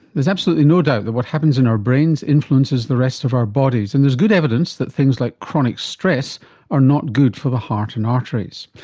there's absolutely no doubt that what happens in our brains influences the rest of our bodies and there's good evidence that things like chronic stress are not good for the heart and arteries.